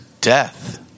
death